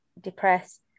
depressed